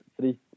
Three